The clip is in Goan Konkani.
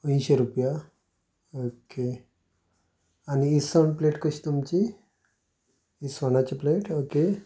अंयशें रुपया ओके आनी इसण प्लेट कशी तुमची इसवणाची प्लेट ओके